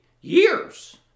years